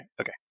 okay